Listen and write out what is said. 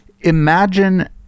imagine